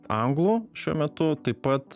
anglų šiuo metu taip pat